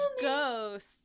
ghost